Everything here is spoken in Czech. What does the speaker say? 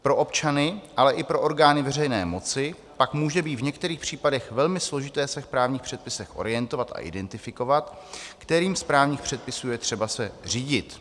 Pro občany, ale i pro orgány veřejné moci pak může být v některých případech velmi složité se v právních předpisech orientovat a identifikovat, kterým z právních předpisů je třeba se řídit.